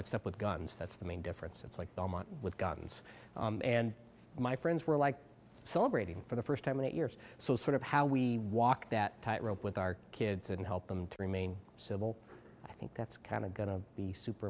except with guns that's the main difference it's like belmont with guns and my friends were like celebrating for the first time in eight years so it's sort of how we walk that tightrope with our kids and help them to remain civil i think that's kind of going to be super